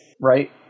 right